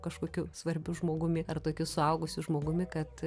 kažkokiu svarbiu žmogumi ar tokiu suaugusiu žmogumi kad